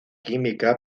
química